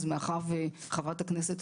אז מאחר שחברת הכנסת,